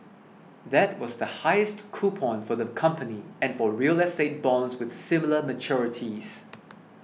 that was the highest coupon for the company and for real estate bonds with similar maturities